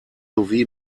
sowie